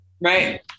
Right